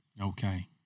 Okay